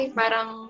parang